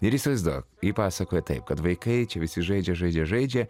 ir įsivaizduok ji pasakoja taip kad vaikai čia visi žaidžia žaidžia žaidžia